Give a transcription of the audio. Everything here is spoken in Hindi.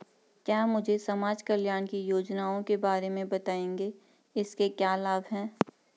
क्या मुझे समाज कल्याण की योजनाओं के बारे में बताएँगे इसके क्या लाभ हैं?